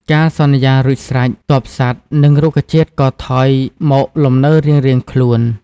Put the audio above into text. កាលសន្យារួចស្រេច ទ័ពសត្វ និងរុក្ខជាតិក៏ថយមកលំនៅរៀងៗខ្លួន។